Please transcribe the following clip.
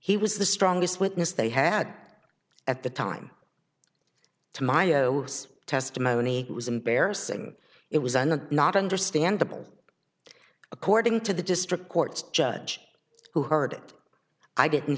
he was the strongest witness they had at the time to my testimony it was embarrassing it was on a not understandable according to the district court judge who heard it i didn't